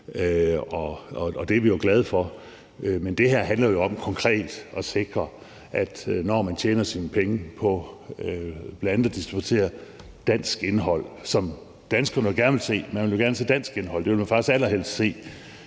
Og det er vi glade for. Men det her handler jo om konkret at sikre, at når man tjener sine penge på bl.a. at distribuere dansk indhold, som danskerne gerne vil se – de vil jo gerne se dansk indhold, det vil de faktisk allerhelst se